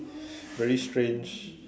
very strange